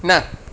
ના